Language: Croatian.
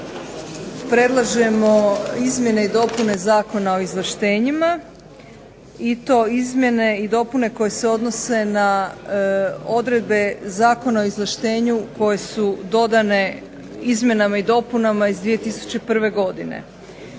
predlažemo izmjene i dopune Zakona o izvlaštenjima i to izmjene i dopune koje se odnose na odredbe Zakona o izvlaštenju koje su dodane izmjenama i dopunama iz 2001. godine.